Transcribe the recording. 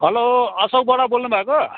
हलो अशोक बडा बोल्नु भएको